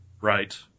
Right